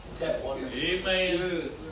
Amen